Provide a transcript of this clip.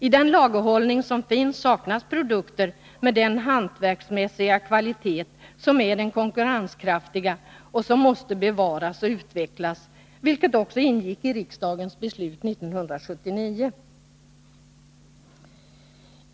I den lagerhållning som finns saknas produkter med den hantverksmässiga kvalitet som är konkurrenskraftig och som måste bevaras och utvecklas, vilket också ingick i riksdagens beslut 1979.